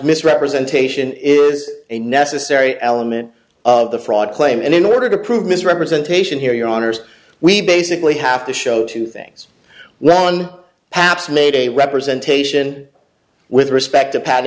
misrepresentation is a necessary element of the fraud claim and in order to prove misrepresentation here your honour's we basically have to show two things one perhaps made a representation with respect to pat